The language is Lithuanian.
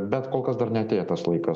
bet kol kas dar neatėjo tas laikas